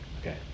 Okay